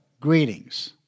greetings